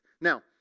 Now